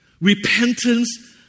repentance